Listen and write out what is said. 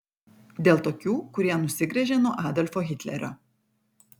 dėl tokių kurie nusigręžė nuo adolfo hitlerio